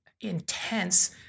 intense